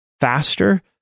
faster